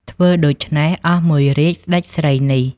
ធ្វើដូចេ្នះអស់មួយរាជ្យសេ្តចស្រីនេះ។